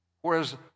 Whereas